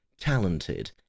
talented